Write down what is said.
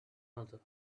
another